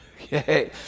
Okay